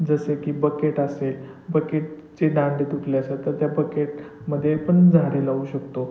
जसे की बकेट असेल बकेटचे दांडे तुटले असतात तर त्या बकेट मध्ये पण झाडे लावू शकतो